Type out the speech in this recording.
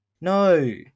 No